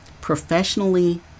professionally